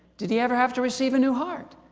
did he ever have to receive a new heart?